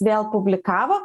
vėl publikavo